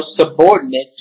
subordinate